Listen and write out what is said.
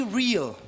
real